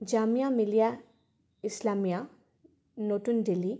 জামিয়া মিলিয়া ইছলামিয়া নতুন দিল্লী